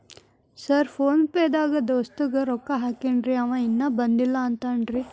Sir PhonePe ದಾಗ ದೋಸ್ತ್ ಗೆ ರೊಕ್ಕಾ ಹಾಕೇನ್ರಿ ಅಂವ ಇನ್ನು ಬಂದಿಲ್ಲಾ ಅಂತಾನ್ರೇ?